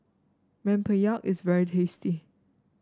Rempeyek is very tasty